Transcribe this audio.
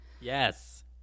yes